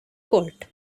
court